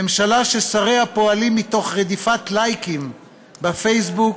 ממשלה ששריה פועלים תוך רדיפת לייקים בפייסבוק,